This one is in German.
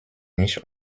nicht